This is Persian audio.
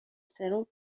سرم